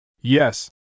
Yes